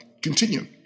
continue